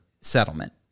settlement